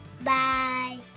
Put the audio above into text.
Bye